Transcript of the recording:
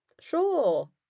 sure